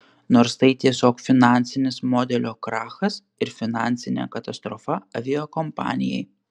nors tai tiesiog finansinis modelio krachas ir finansinė katastrofa aviakompanijai